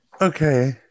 Okay